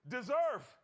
Deserve